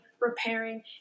repairing